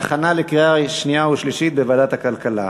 בעד, שמונה חברי כנסת, אין מתנגדים, אין נמנעים.